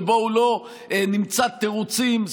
ובואו לא נמצא תירוצים,